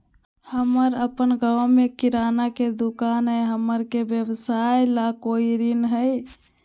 हमर अपन गांव में किराना के दुकान हई, हमरा के व्यवसाय ला कोई ऋण हई?